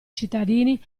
cittadini